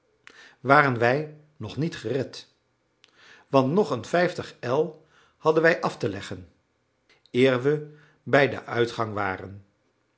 waren wij nog niet gered want nog een vijftig el hadden wij af te leggen eer we bij den uitgang waren